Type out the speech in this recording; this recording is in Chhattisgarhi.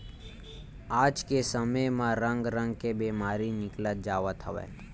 आज के समे म रंग रंग के बेमारी निकलत जावत हवय